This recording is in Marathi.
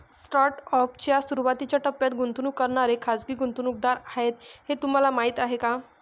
स्टार्टअप च्या सुरुवातीच्या टप्प्यात गुंतवणूक करणारे खाजगी गुंतवणूकदार आहेत हे तुम्हाला माहीत आहे का?